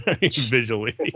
visually